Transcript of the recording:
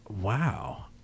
Wow